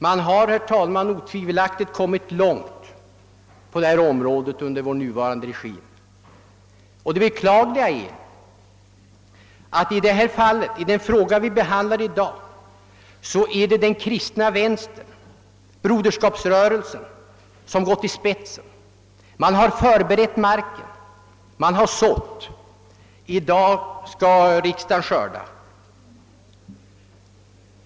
Man har, herr talman, otvivelaktigt kommit långt på detta område under vår nuvarande regim. Det beklagliga är att i den fråga vi behandlar i dag den kristna vänstern — Broderskapsrörelsen — har gått i spetsen och berett marken. Man har sått — i dag skall riksdagen skörda.